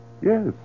Yes